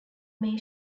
may